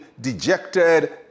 dejected